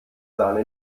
sahne